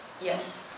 Yes